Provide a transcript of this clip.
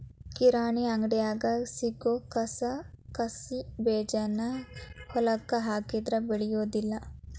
ಕಿರಾಣಿ ಅಂಗಡ್ಯಾಗ ಸಿಗು ಕಸಕಸಿಬೇಜಾನ ಹೊಲಕ್ಕ ಹಾಕಿದ್ರ ಬೆಳಿಯುದಿಲ್ಲಾ